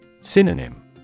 Synonym